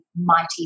mighty